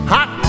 Hot